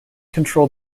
control